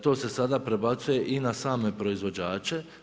To se sada prebacuje i na same proizvođače.